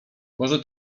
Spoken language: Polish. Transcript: może